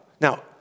Now